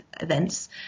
events